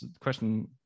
question